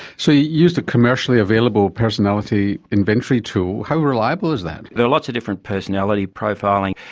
so you used a commercially available personality inventory tool. how reliable is that? there are lots of different personality profiling.